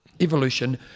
evolution